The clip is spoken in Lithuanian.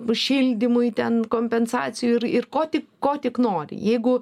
bus šildymui ten kompensacijų ir ir ko tik ko tik nori jeigu